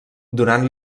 donant